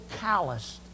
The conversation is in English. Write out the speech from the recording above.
calloused